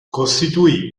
costituì